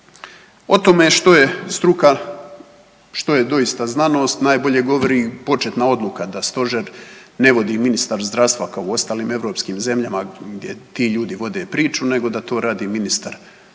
O tome što je struka, što je doista znanost najbolje govori početna odluka da stožer ne vodi ministar zdravstva kao u ostalim europskim zemljama gdje ti ljudi vode priču nego da to radi ministar policije